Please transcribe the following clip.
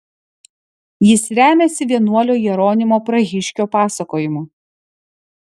jis remiasi vienuolio jeronimo prahiškio pasakojimu